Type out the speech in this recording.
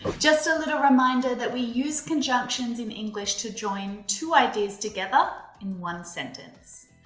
just a little reminder that we use conjunctions in english to join two ideas together in one sentence.